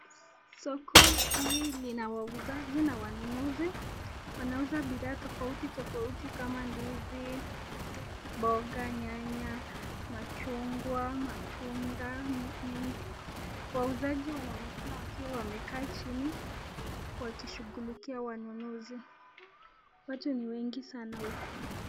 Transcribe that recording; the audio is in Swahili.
Soko hii lina wauzaji na wanunuzi. Wanauza bidhaa tofauti tofauti kama ndizi, mboga, nyanya, machungwa, matunda mingi. Wauzaji wanaonekana wakiwa wamekaa chini wakishughulikia wanunuzi. Watu ni wengi sana huku.